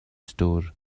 store